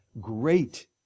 great